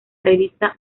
revista